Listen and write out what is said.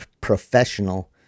professional